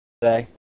today